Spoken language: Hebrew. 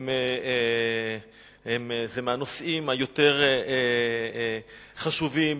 הוא מהנושאים היותר חשובים,